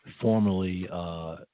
formally